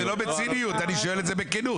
זה לא בציניות; אני שואל את זה בכנות.